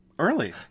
Early